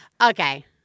Okay